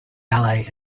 ballet